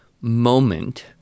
moment